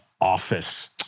office